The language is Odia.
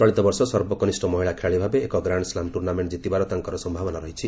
ଚଳିତ ବର୍ଷ ସର୍ବକନିଷ୍ଠ ମହିଳା ଖେଳାଳି ଭାବେ ଏକ ଗ୍ରାଣ୍ଡ ସ୍ଲାମ୍ ଟୁର୍ଣ୍ଣାମେଣ୍ଟ ଜିତିବାର ତାଙ୍କର ସମ୍ଭାବନା ରହିଛି